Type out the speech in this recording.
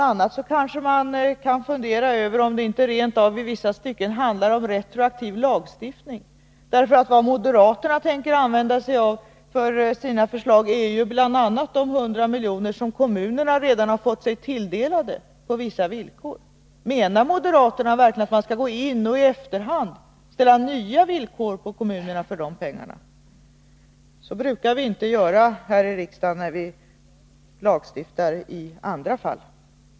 a. kanske man kan fundera över om det inte rent av i vissa stycken handlar om retroaktiv lagstiftning, för vad moderaterna tänker använda sig av för sina förslag är ju bl.a. de 100 milj.kr. som kommunerna redan har fått sig tilldelade på vissa villkor. Menar moderaterna verkligen att man skall gå in och i efterhand ställa nya villkor för de pengarna? Så brukar vi inte göra här i riksdagen, när vi lagstiftar i andra fall.